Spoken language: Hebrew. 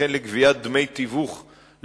וכן לגביית דמי תיווך לא-חוקיים,